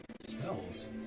smells